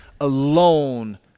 alone